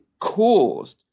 caused